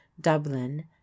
Dublin